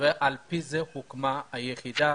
ועל פי זה הוקמה היחידה